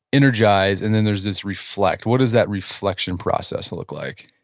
energize, and then there's this reflect. what does that reflection process look like?